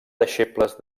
deixebles